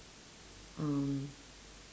mm